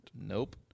Nope